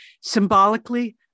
symbolically